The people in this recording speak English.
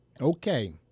Okay